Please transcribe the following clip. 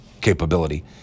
capability